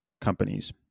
companies